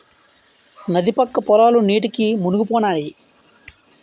నది పక్క పొలాలు నీటికి మునిగిపోనాయి